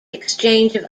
exchange